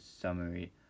summary